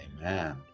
Amen